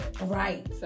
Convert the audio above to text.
Right